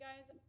guys